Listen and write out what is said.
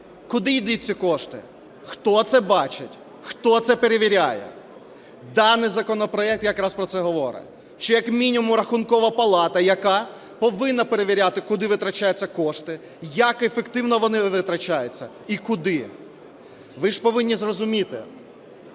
Куди йдуть ці кошти? Хто це бачить? Хто це перевіряє? Даний законопроект якраз про це говорить, що як мінімум Рахункова палата, яка повинна перевіряти, куди витрачаються кошти, як ефективно вони втрачаються і куди. Ви ж повинні зрозуміти,